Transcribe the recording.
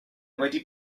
wedi